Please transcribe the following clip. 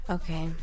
okay